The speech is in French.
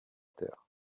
terre